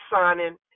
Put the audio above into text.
signing